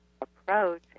approach